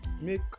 Make